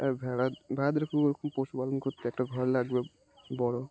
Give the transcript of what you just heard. আর ভেড়া ভেড়াদের খুব ওরকম পশুপালন করতে একটা ঘর লাগবে বড়ো